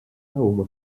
huma